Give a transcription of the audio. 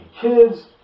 kids